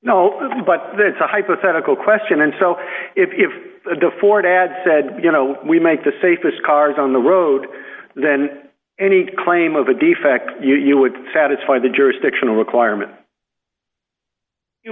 no but that's a hypothetical question and so if you do for dad said you know we make the safest cars on the road then any claim of a defect you would satisfy the jurisdictional requirement